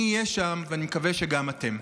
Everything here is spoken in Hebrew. אני אהיה שם, ואני מקווה שגם אתם.